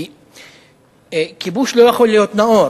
כי כיבוש לא יכול להיות נאור,